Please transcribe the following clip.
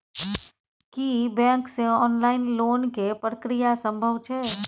की bank से online loan के प्रक्रिया संभव छै?